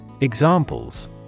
Examples